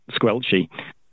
squelchy